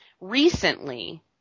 Recently